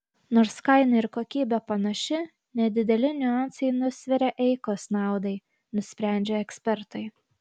nors kaina ir kokybė panaši nedideli niuansai nusveria eikos naudai nusprendžia ekspertai